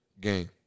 game